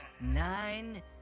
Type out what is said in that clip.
Nine